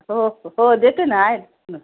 हो हो देते ना आहेत ना